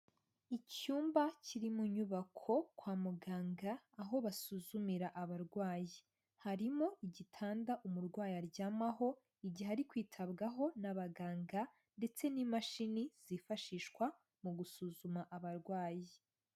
Icyumba kiri mu nyubako kwa muganga, aho basuzumira abarwayi. Harimo igitanda umurwayi aryamaho, igihe ari kwitabwaho n'abaganga ndetse n'imashini zifashishwa mu gusuzuma abarwayi.